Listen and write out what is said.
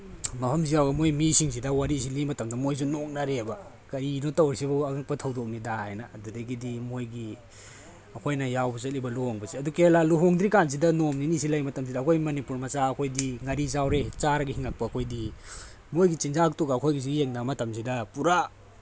ꯃꯐꯝꯁꯦ ꯌꯧꯔꯒ ꯃꯣꯏ ꯃꯤꯁꯤꯡꯁꯤꯗ ꯋꯥꯔꯤꯁꯤ ꯂꯤꯕ ꯃꯇꯝꯗ ꯃꯣꯏꯁꯨ ꯅꯣꯛꯅꯔꯦꯕ ꯀꯔꯤꯅꯣ ꯇꯧꯔꯤꯁꯤꯕꯣ ꯑꯉꯛꯄ ꯊꯧꯗꯣꯛꯅꯤꯗꯥ ꯍꯥꯏꯅ ꯑꯗꯨꯗꯒꯤꯗꯤ ꯃꯣꯏꯒꯤ ꯑꯩꯈꯣꯏꯅ ꯌꯥꯎꯕ ꯆꯠꯂꯤꯕ ꯂꯨꯍꯣꯡꯕꯁꯦ ꯑꯗꯣ ꯀꯦꯔꯦꯂꯥ ꯂꯨꯍꯣꯡꯗ꯭ꯔꯤꯀꯥꯟꯁꯤꯗ ꯅꯣꯡꯃ ꯅꯤꯅꯤꯁꯦ ꯂꯩꯕ ꯃꯇꯝꯁꯤꯗ ꯑꯩꯈꯣꯏ ꯃꯅꯤꯄꯨꯔ ꯃꯆꯥ ꯑꯩꯈꯣꯏꯗꯤ ꯉꯥꯔꯤ ꯆꯥꯔꯒ ꯍꯤꯡꯉꯛꯄ ꯑꯩꯈꯣꯏꯗꯤ ꯃꯣꯏꯒꯤ ꯆꯤꯟꯖꯥꯛꯇꯨꯒ ꯑꯩꯈꯣꯏꯒꯤꯁꯤꯒ ꯌꯦꯡꯅꯕ ꯃꯇꯝꯁꯤꯗ ꯄꯨꯔꯥ